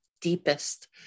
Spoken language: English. deepest